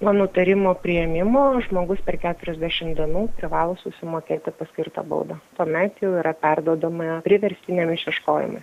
nuo nutarimo priėmimo žmogus per keturiasdešim dienų privalo susimokėti paskirtą baudą tuomet jau yra perduodama priverstiniam išieškojimui